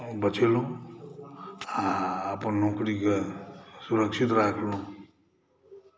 बचेलहुँ आ अपन नौकरीके सुरक्षित राखलहुँ